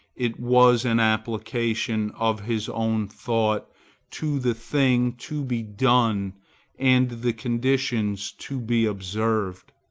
it was an application of his own thought to the thing to be done and the conditions to be observed.